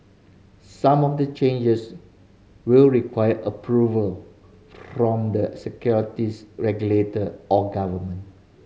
some of the changes will require approval from the securities regulator or government